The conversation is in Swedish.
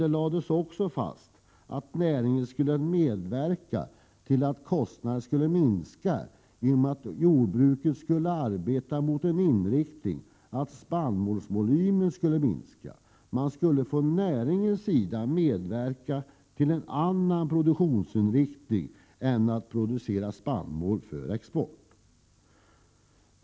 Det lades också fast att näringen skulle medverka till att kostnaden minskade genom att jordbruket skulle arbeta med inriktning på att minska spannmålsvolymen. Man skulle från näringens sida medverka till en annan produktionsinriktning än att producera spannmål för export.